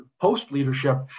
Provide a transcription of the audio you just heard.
post-leadership